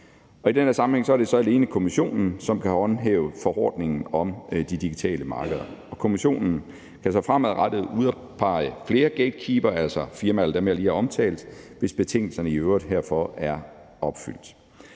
i den her sammenhæng er det alene Kommissionen, som kan håndhæve forordningen om de digitale markeder, og Kommissionen kan så fremadrettet udpege flere gatekeepere, altså firmaer som dem, jeg lige har omtalt, hvis betingelserne herfor i øvrigt er opfyldt.